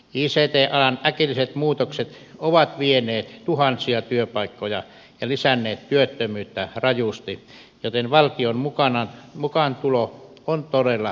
ict alan äkilliset muutokset ovat vieneet tuhansia työpaikkoja ja lisänneet työttömyyttä rajusti joten valtion mukaantulo on todella nyt tarpeen